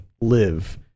live